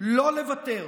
לא לוותר,